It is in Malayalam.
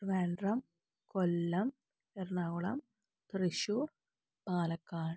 ട്രിവാൻഡ്രം കൊല്ലം എറണാകുളം തൃശൂർ പാലക്കാട്